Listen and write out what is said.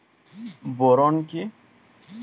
Boron কি?